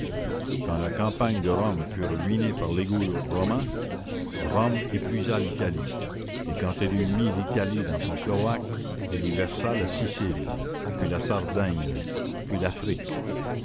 quand la campagne de rome fut ruinée par l'égout romain rome épuisa l'italie et quand elle eut mis l'italie dans son cloaque elle y versa la sicile puis la sardaigne puis l'afrique